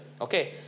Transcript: okay